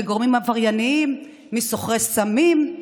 מגורמים עברייניים ומסוחרי סמים.